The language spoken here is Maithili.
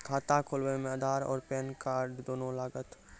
खाता खोलबे मे आधार और पेन कार्ड दोनों लागत?